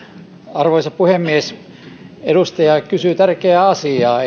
arvoisa puhemies edustaja kysyy tärkeää asiaa